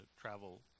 travel